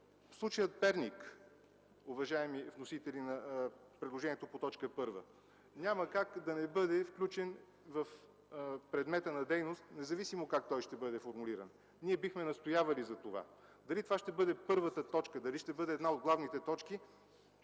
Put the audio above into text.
Случаят „Перник”, уважаеми вносители на предложението по т. 1, няма как да не бъде включен в предмета на дейност независимо как той ще бъде формулиран. Ние бихме настоявали на това. Дали това ще бъде първата точка, дали ще бъде една от главните точки,